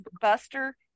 buster